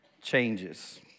changes